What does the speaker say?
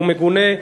הוא מגונה,